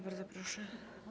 Bardzo proszę.